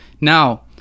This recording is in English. now